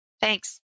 Thanks